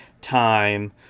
time